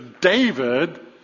David